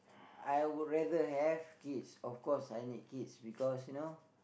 I would rather have kids of course I need kids because you know